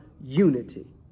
unity